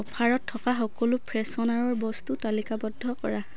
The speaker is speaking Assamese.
অ'ফাৰত থকা সকলো ফ্ৰেছনাৰৰ বস্তু তালিকাবদ্ধ কৰা